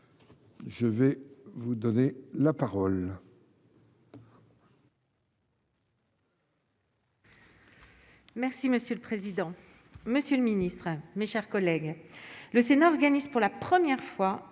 Je vais vous donner la parole.